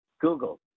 Google